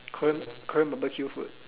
Korean Korean barbecue food